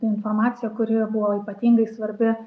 informacija kuri buvo ypatingai svarbi